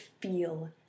feel